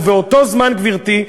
ובאותו הזמן גברתי,